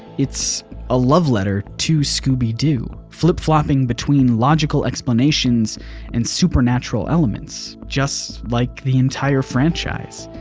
it's a love letter to scooby-doo, flip-flopping between logical explanations and supernatural elements just like the entire franchise.